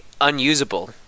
unusable